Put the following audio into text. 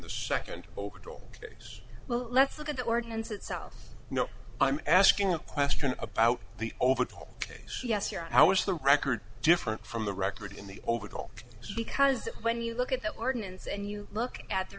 the second case well let's look at the ordinance itself no i'm asking a question about the overt case yes your i wish the record different from the record in the overall because when you look at the ordinance and you look at the